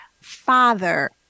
Father